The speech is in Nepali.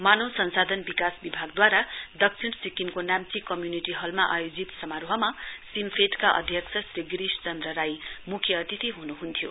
मानव संसाधन विकास विभागदधारा दक्षिण सिक्किमको नाम्ची कम्य्निटि हलमा आयोजित समारोहमा सिम्फेड का अध्यक्ष श्री गिरिश चन्द्र राई म्ख्य अतिथि हुनुहुन्थ्यो